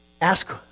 ask